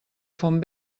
font